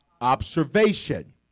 Observation